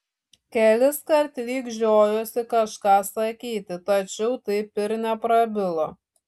keliskart lyg žiojosi kažką sakyti tačiau taip ir neprabilo